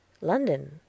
London